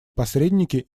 посредники